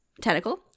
tentacle